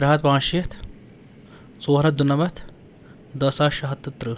ترٛےٚ ہَتھ پانٛژشیٖتھ ژورہَتھ دُنَمَتھ دَہ ساس شےٚ ہَتھ تہٕ تٕرٛہ